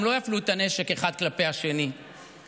הם לא יפנו את הנשק אחד כלפי השני וכלפי